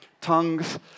tongues